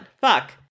Fuck